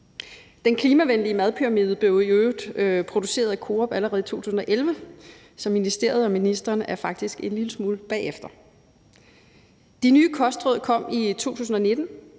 Den klimavenlige madpyramide blev iøvrigt produceret af Coop allerede i 2011, så ministeriet og ministeren er faktisk en lille smule bagefter. De nye kostråd kom i 2019,